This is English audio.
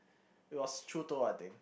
it was chutoro I think